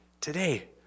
today